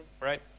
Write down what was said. right